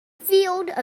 field